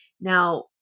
Now